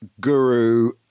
guru